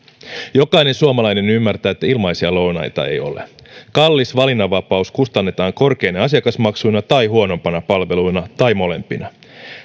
jokainen suomalainen ymmärtää että ilmaisia lounaita ei ole kallis valinnanvapaus kustannetaan korkeina asiakasmaksuina tai huonompana palveluna tai molempina